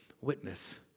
witness